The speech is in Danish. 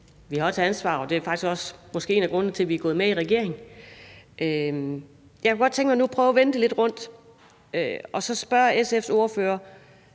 på det her område – og det er faktisk også måske en af grundene til, vi er gået med i regeringen. Jeg kunne godt tænke mig nu at prøve at vende det lidt rundt og så spørge SF's ordfører: